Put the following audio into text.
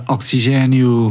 Oxigênio